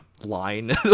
line